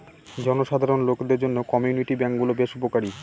জনসাধারণ লোকদের জন্য কমিউনিটি ব্যাঙ্ক গুলো বেশ উপকারী